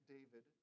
David